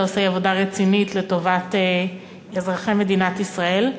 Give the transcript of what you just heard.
עושה היא עבודה רצינית לטובת אזרחי מדינת ישראל.